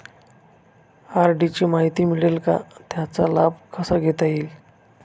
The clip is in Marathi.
आर.डी ची माहिती मिळेल का, त्याचा लाभ कसा घेता येईल?